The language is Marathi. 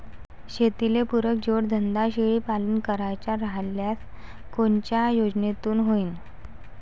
शेतीले पुरक जोडधंदा शेळीपालन करायचा राह्यल्यास कोनच्या योजनेतून होईन?